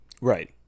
right